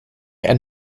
and